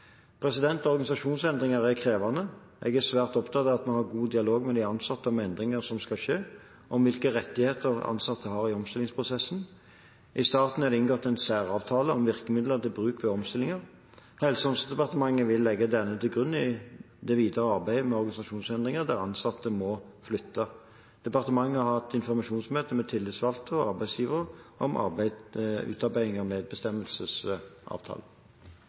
Organisasjonsendringer er krevende. Jeg er svært opptatt av at vi har god dialog med de ansatte om endringene som skal skje, og om hvilke rettigheter ansatte har i omstillingsprosessen. I staten er det inngått en særavtale om virkemidler til bruk ved omstillinger. Helse- og omsorgsdepartementet vil legge denne til grunn i det videre arbeidet med organisasjonsendringer der ansatte må flytte. Departementet har hatt informasjonsmøter med tillitsvalgte og arbeidsgivere om utarbeiding av